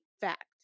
fact